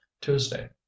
tuesday